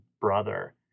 brother